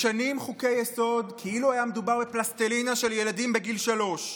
משנים חוקי-יסוד כאילו מדובר בפלסטלינה של ילדים בגיל שלוש,